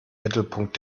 mittelpunkt